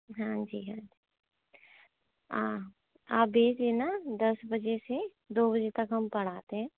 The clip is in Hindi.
हाँ जी हाँ आ आप देख लेना दस बजे से दो बजे तक हम पढ़ाते हैं